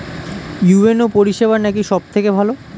UNO পরিসেবা নাকি সব থেকে ভালো?